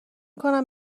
کنم